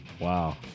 Wow